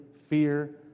fear